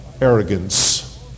Arrogance